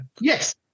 Yes